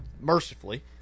mercifully